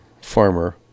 farmer